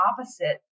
opposite